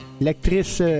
L'actrice